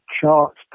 charts